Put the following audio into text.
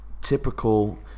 typical